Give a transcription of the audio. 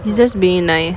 he's just being nice